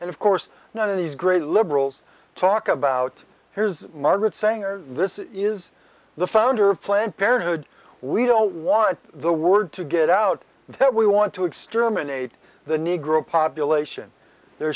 and of course none of these great liberals talk about here's margaret sanger this is the founder of planned parenthood we don't want the word to get out there we want to exterminate the negro population there